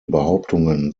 behauptungen